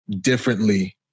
differently